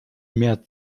mehr